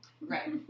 Right